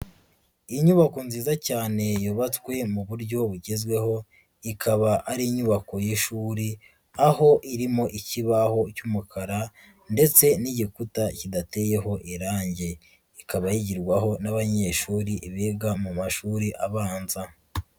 Iyi nyubako nziza cyane yubatswe mu buryo bugezweho, ikaba ari inyubako y'ishuri, aho irimo ikibaho cy'umukara ndetse n'igikuta kidateyeho irangi, ikaba yigirwaho n'abanyeshuri biga mu mashuri abanza.